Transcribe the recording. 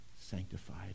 sanctified